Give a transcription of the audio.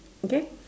okay